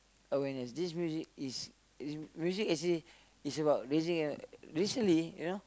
awareness this music is music you see is about raising uh recently you know